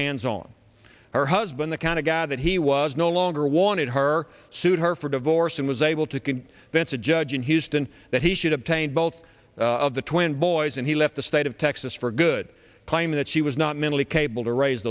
hands on her husband the kind of guy that he was no longer wanted her sued her for divorce and was able to can that's a judge in houston that he should obtain both of the twin boys and he left the state of texas for good claiming that she was not mentally capable to raise